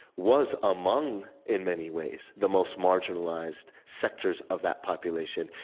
was among in many ways the most marginalized sectors of that population.